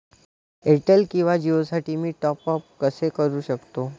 Airtel किंवा जिओसाठी मी टॉप ॲप कसे करु शकतो?